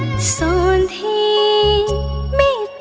so and he